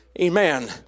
Amen